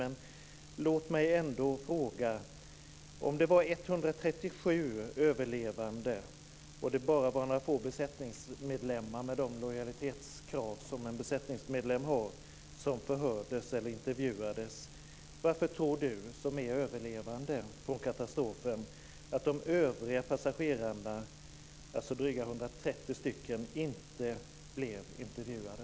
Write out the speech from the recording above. Men låt mig ändå fråga: När det var 137 överlevande och bara några få besättningsmedlemmar, med de lojalitetskrav på sig som en besättningsman har, som förhördes och intervjuades, varför tror Kenth Härstedt som är överlevande på katastrofen att de övriga passagerna, dryga 130, inte blev intervjuade?